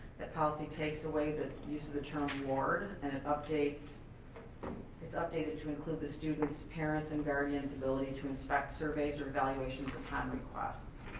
that policy takes away the use of the term ward and and its its updated to include the student's parents and guardians ability to inspect surveys or evaluations upon request.